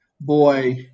Boy